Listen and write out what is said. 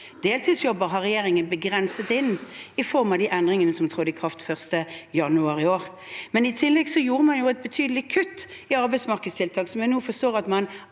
Deltidsjobber har regjeringen begrenset i form av de endringene som trådte i kraft 1. januar i år. I tillegg gjorde man et betydelig kutt i arbeidsmarkedstiltak, som jeg nå forstår at man